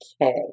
Okay